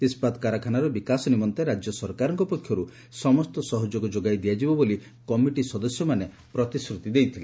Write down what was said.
ଇସ୍ଚାତ କାରଖାନାର ବିକାଶ ନିମନ୍ତେ ରାଜ୍ୟ ସରକାରଙ୍କ ପକ୍ଷରୁ ସମସ୍ତ ସହଯୋଗ ଯୋଗାଇ ଦିଆଯିବ ବୋଳି କମିଟି ସଦସ୍ୟମାନେ ପ୍ରତିଶ୍ରୁତି ଦେଇଥିଲେ